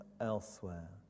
elsewhere